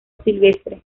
silvestre